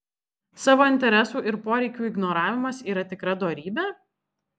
savo interesų ir poreikių ignoravimas yra tikra dorybė